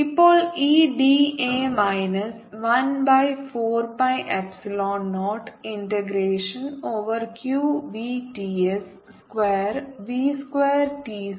da q2ϵ0vtR2v2t232 1 ഇപ്പോൾ E d a minus 1 by 4 pi epsilon naught integration over q v t s square v square t square 3 by 2